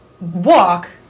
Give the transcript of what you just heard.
walk